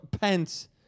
Pence